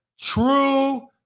true